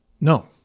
No